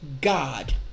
God